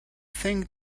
think